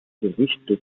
gerichte